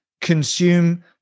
consume